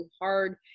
hard